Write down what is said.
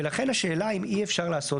ולכן השאלה אם אי אפשר לעשות,